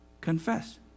confess